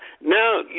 now